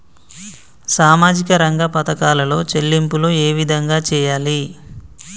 సామాజిక రంగ పథకాలలో చెల్లింపులు ఏ విధంగా చేయాలి?